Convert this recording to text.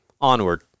onward